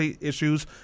issues